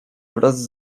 wraz